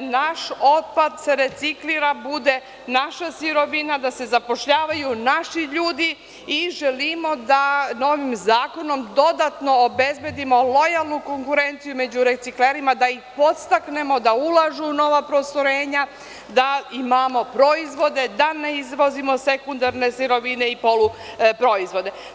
naš otpad se reciklira, bude naša sirovina, da se zapošljavaju naši ljudi i želimo da novim zakonom dodatno obezbedimo lojalnu konkurenciju među reciklerima da ih podstaknemo da ulažu u nova postrojenja, da imamo proizvode, da ne izvozimo sekundarne sirovine i poluproizvode.